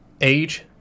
Age